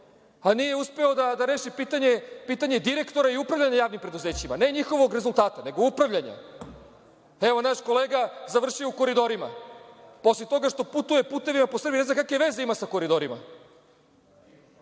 a nije uspeo da reši pitanje direktora i upravljanja javnim preduzećima. Ne, njihovog rezultata nego upravljanja. Evo, naš kolega završio u Koridorima, osim toga što putuje putevima po Srbiji, ne znam kakve veze ima sa Koridorima.